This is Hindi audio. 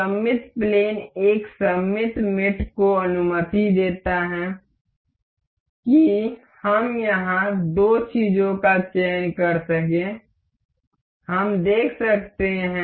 सममित प्लेन एक सममित मेट को अनुमति देता है कि हम यहां दो चीजों का चयन कर सकें हम देख सकते हैं